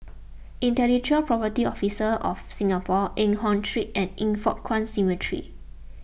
Intellectual Property Office of Singapore Eng Hoon Street and Yin Foh Kuan Cemetery